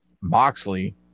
Moxley